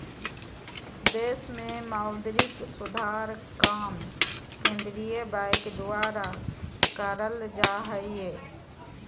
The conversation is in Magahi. देश मे मौद्रिक सुधार काम केंद्रीय बैंक द्वारा करल जा हय